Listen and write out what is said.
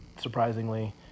surprisingly